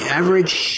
average